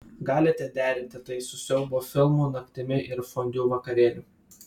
galite derinti tai su siaubo filmų naktimi ir fondiu vakarėliu